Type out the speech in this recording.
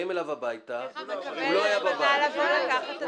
באים אליו הביתה ------ אז הוא מקבל הזמנה לבוא לקחת את